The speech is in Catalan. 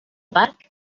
parc